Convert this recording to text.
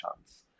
chance